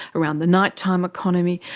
around the night-time economy.